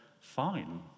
fine